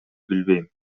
билбейм